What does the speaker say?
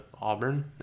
Auburn